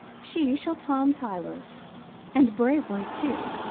she shall tom tilers and brave, ones too,